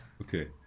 Okay